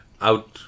out